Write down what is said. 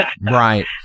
Right